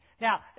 Now